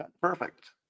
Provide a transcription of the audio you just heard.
Perfect